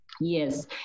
Yes